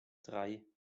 drei